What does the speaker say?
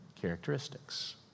characteristics